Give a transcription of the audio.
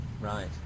Right